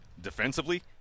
defensively